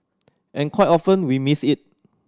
and quite often we missed it